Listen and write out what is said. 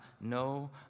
no